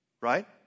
right